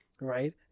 right